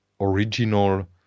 original